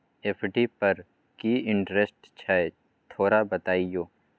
FD पर की interest छय थोरा बतईयो?